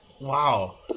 Wow